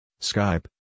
Skype